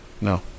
No